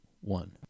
one